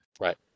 Right